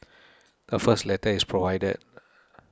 the first letter is provided